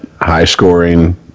high-scoring